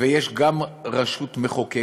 וגם רשות מחוקקת,